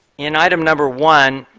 in item number one,